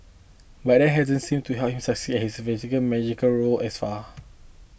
but that hasn't seemed to help him succeed at his managerial roles as far